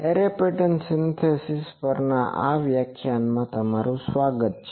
array pattern synthesis પરના આ વ્યાખ્યાનમાં તમારું સ્વાગત છે